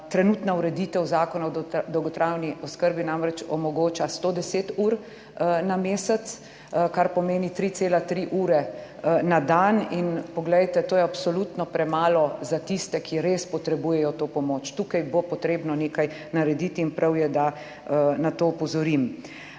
Trenutna ureditev Zakona o dolgotrajni oskrbi namreč omogoča 110 ur na mesec, kar pomeni 3,3 ure na dan. Poglejte, to je absolutno premalo za tiste, ki res potrebujejo to pomoč. Tukaj bo potrebno nekaj narediti in prav je, da na to opozorim.